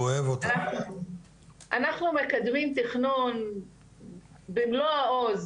אנחנו מקדמים תכנון במלוא העוז,